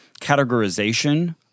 categorization